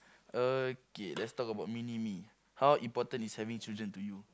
okay let's talk about mini me how important is having children to you